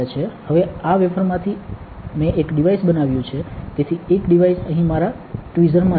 હવે આ વેફરમાંથી મેં એક ડિવાઇસ બનાવ્યુ છે તેથી એક ડિવાઇસ અહીં મારા ટ્વીઝર માં છે